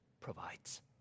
provides